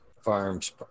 farms